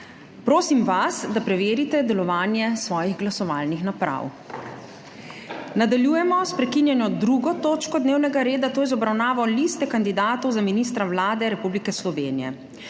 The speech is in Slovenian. Prosim vas, da preverite delovanje svojih glasovalnih naprav. **Nadaljujemo s prekinjeno 2. točko dnevnega reda - Lista kandidatov za ministra Vlade Republike Slovenije.**